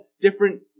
different